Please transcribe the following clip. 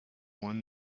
won